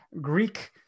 greek